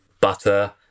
butter